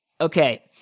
Okay